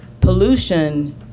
pollution